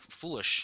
foolish